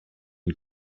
une